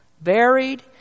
Buried